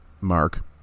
Mark